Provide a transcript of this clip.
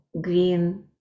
green